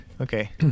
Okay